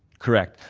correct.